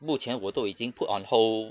目前我都已经 put on hold